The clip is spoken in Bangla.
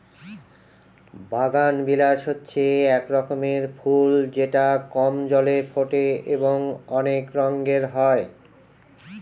বাগানবিলাস হচ্ছে এক রকমের ফুল যেটা কম জলে ফোটে এবং অনেক রঙের হয়